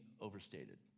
overstated